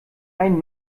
einen